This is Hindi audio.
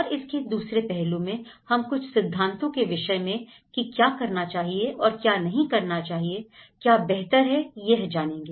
और इसके दूसरे पहलू में हम कुछ सिद्धांतों के विषय में कि क्या करना चाहिए और क्या नहीं करना चाहिए क्या बेहतर है यह जानेंगे